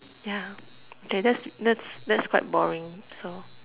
yeah that's that's that's quite boring so